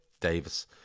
Davis